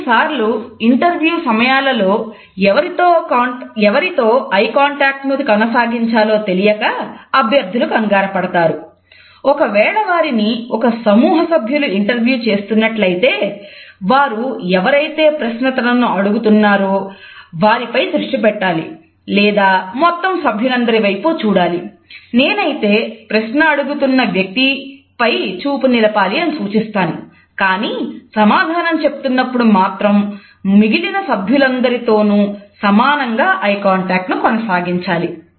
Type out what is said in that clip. కొన్నిసార్లు ఇంటర్వ్యూ సమయాలలో ఎవరితో ఐ కాంటాక్ట్ కొనసాగించాలి